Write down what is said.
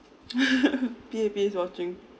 P_A_P is watching